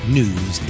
news